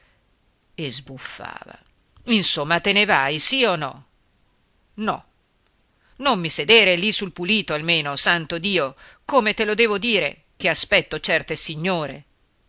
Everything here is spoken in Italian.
e sbuffava insomma te ne vai sì o no no non mi sedere lì sul pulito almeno santo dio come te lo devo dire che aspetto certe signore